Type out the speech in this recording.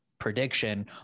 prediction